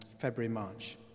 February-March